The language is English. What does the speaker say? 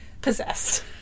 possessed